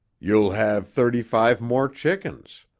you'll have thirty-five more chickens.